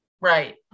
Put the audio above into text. right